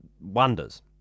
wonders